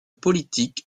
politique